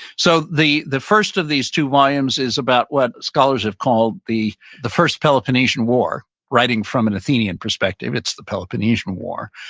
so the the first of these two volumes is about what scholars have called the the first peloponnesian war writing from an athenian perspective, it's the peloponnesian war,